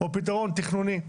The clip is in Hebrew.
או פתרון תכנוני.